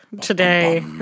today